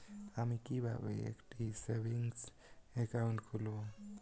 আমি কিভাবে একটি সেভিংস অ্যাকাউন্ট খুলব?